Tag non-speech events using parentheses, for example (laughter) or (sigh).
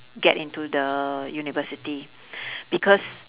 get into the university (breath) because